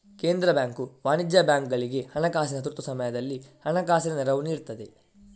ಕೇಂದ್ರ ಬ್ಯಾಂಕು ವಾಣಿಜ್ಯ ಬ್ಯಾಂಕುಗಳಿಗೆ ಹಣಕಾಸಿನ ತುರ್ತು ಸಮಯದಲ್ಲಿ ಹಣಕಾಸಿನ ನೆರವು ನೀಡ್ತದೆ